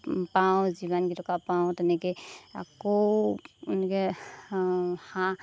পাওঁ যিমান কেইটকা পাওঁ তেনেকেই আকৌ এনেকৈ হাঁহ